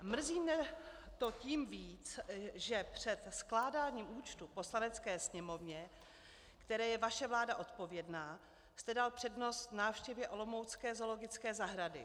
Mrzí mě to tím víc, že před skládáním účtů Poslanecké sněmovně, které je vaše vláda odpovědná, jste dal přednost návštěvě olomoucké zoologické zahrady.